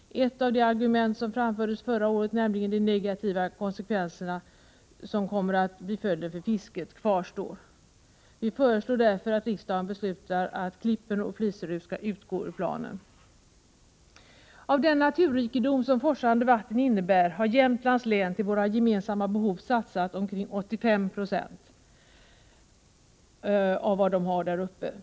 Ett av de argument som framfördes förra året, nämligen de negativa konsekvenser som kommer att uppstå för fisket, kvarstår. Vi föreslår därför ett riksdagen skall besluta att Klippen och Fliseryd utgår ur planen. Av den naturrikedom som forsande vatten innebär har Jämtlands län till våra gemensamma behov satsat omkring 85 26 av vad man har där uppe.